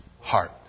heart